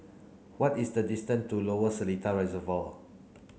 what is the distance to Lower Seletar Reservoir